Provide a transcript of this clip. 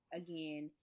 again